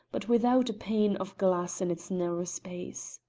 but without a pane of glass in its narrow space.